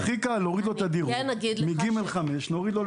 הכי קל להוריד לו את הדירוג מ-ג'5 ל-ג'3.